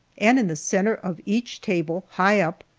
and in the center of each table, high up,